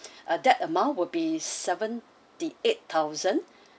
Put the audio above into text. ah that amount would be seventy-eight thousand